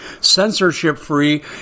censorship-free